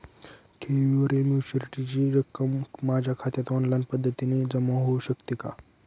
ठेवीवरील मॅच्युरिटीची रक्कम माझ्या खात्यात ऑनलाईन पद्धतीने जमा होऊ शकते का?